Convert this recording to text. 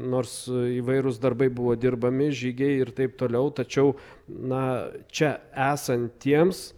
nors įvairūs darbai buvo dirbami žygiai ir taip toliau tačiau na čia esantiems